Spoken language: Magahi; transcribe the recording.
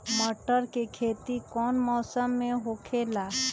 मटर के खेती कौन मौसम में होखेला?